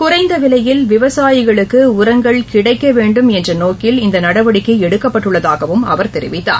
குறைந்தவிலையில் விவசாயிகளுக்கு உரங்கள் கிடைக்கவேண்டும் என்றநோக்கில் இந்தநடவடிக்கைஎடுக்கப்பட்டுள்ளதாகவும் அவர் தெரிவித்தார்